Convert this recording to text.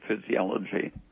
physiology